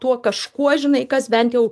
tuo kažkuo žinai kas bent jau